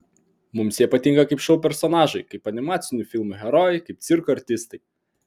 mums jie patinka kaip šou personažai kaip animacinių filmų herojai kaip cirko artistai